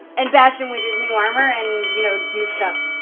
and bash him with his new armor, and you know do stuff.